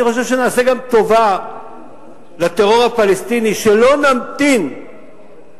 אני חושב שנעשה גם טובה לטרור הפלסטיני אם לא נמתין להסלמה